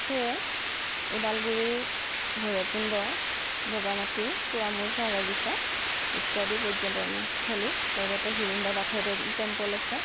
সেয়ে ওদালগুৰিৰ ভৈৰৱকুণ্ড বগামাটি কুৰামূৰ চাহ বাগিচা ইত্যাদি পৰ্যটনস্থলী লগতে হিৰিম্বা বাথৌ টেম্পল আছে